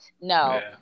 No